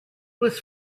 was